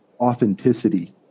authenticity